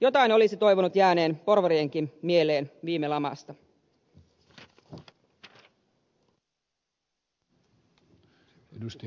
jotain olisi toivonut jääneen porvareidenkin mieleen viime lamasta